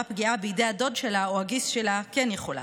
פגיעה בידי הדוד שלה או הגיס שלה כן יכולה,